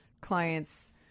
clients